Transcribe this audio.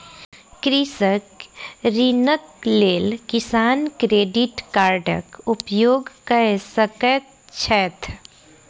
कृषक ऋणक लेल किसान क्रेडिट कार्डक उपयोग कय सकैत छैथ